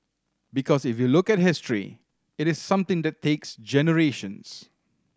because if you look at history it is something that takes generations